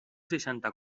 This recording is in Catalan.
seixanta